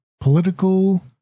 political